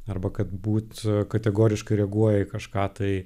arba kad būt kategoriškai reaguoja į kažką tai